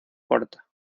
corta